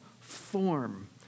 form